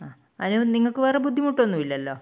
ആ അതിന് നിങ്ങൾക്ക് വേറെ ബുദ്ധിമുട്ടൊന്നും ഇല്ലല്ലോ